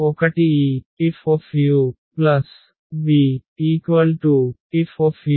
ఒకటి ఈ FuvFuF